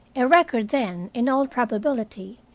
a record, then, in all probability,